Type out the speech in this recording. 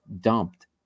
dumped